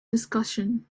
discussion